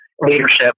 Leadership